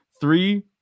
three